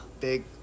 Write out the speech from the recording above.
big